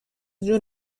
جون